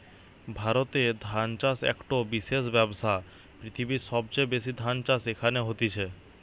ভারতে ধান চাষ একটো বিশেষ ব্যবসা, পৃথিবীর সবচেয়ে বেশি ধান চাষ এখানে হতিছে